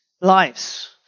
lives